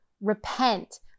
repent